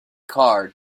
car